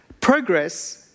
Progress